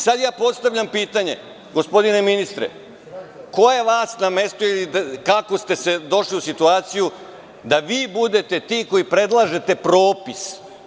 Sada postavljam pitanje – gospodine ministre, ko je vas namestio, kako ste došli u situaciju da vi budete ti koji predlažete propis?